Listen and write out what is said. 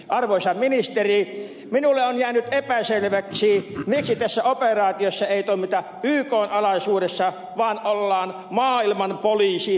arvoisa ministeri minulle on jäänyt epäselväksi miksi tässä operaatiossa ei toimita ykn alaisuudessa vaan ollaan maailmanpoliisi naton alaisena